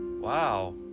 wow